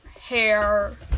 hair